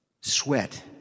Sweat